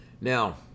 Now